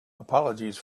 apologies